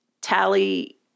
Tally